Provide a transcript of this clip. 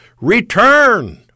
Return